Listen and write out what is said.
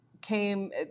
came